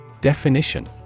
Definition